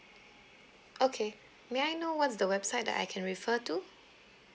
okay may I know what's the website that I can refer to